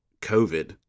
COVID